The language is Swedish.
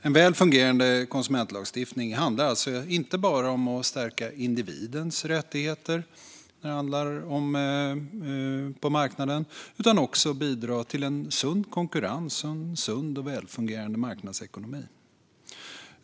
En välfungerande konsumentlagstiftning handlar alltså inte bara om att stärka individens rättigheter på marknaden utan också om att bidra till en sund konkurrens och en sund och välfungerande marknadsekonomi.